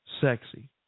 sexy